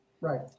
right